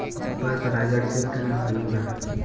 पर परागण से का हानि बा?